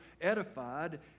edified